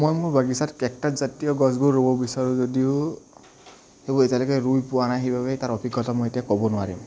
মই মোৰ বাগিছাত কেকটাছজাতীয় গছবোৰ ৰুব বিচাৰোঁ যদিও সেইবোৰ এতিয়ালৈকে ৰুই পোৱা নাই সেইবাবে তাৰ অধিক কথা মই এতিয়া ক'ব নোৱাৰিম